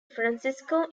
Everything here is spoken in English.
francisco